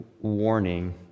warning